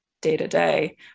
day-to-day